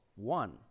one